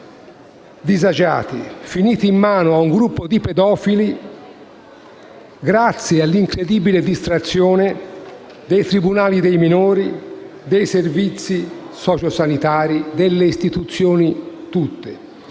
disagiati, finiti in mano a un gruppo di pedofili grazie all'incredibile distrazione dei tribunali per i minorenni, dei servizi sociosanitari, delle istituzioni tutte.